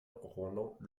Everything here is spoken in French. roland